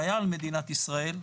שהיה על מדינת ישראל,